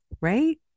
Right